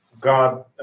God